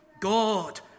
God